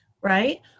right